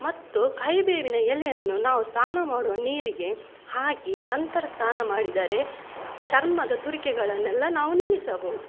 ಮತ್ತು ಕೈ ಬೇವಿನ ಎಲೆಯನ್ನು ನಾವು ಸ್ನಾನ ಮಾಡುವ ನೀರಿಗೆ ಹಾಕಿ ನಂತರ ಸ್ನಾನ ಮಾಡಿದರೆ ಚರ್ಮದ ತುರಿಕೆಗಳನ್ನೆಲ್ಲ ನಾವು ನಿಲ್ಲಿಸಬಹುದು